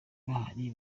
bahari